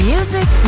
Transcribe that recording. Music